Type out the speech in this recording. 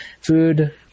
food